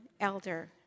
elder